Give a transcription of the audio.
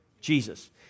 Jesus